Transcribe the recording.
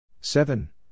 Seven